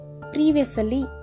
previously